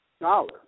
dollars